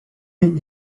chi